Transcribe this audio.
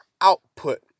output